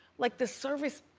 like the service,